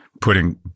putting